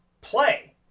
play